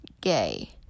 gay